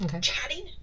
chatting